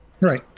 Right